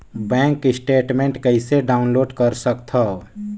Bank statement कइसे download कर सकथव?